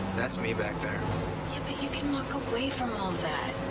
that's me back there. yeah, but you can walk away from all that.